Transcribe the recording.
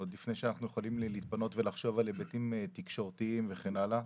עוד לפני שאנחנו יכולים להתפנות ולחשוב על היבטים תקשורתיים וכן הלאה.